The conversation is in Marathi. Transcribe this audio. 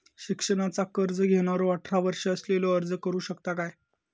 शिक्षणाचा कर्ज घेणारो अठरा वर्ष असलेलो अर्ज करू शकता काय?